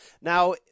Now